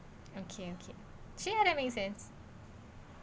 okay okay see how that make sense